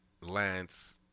Lance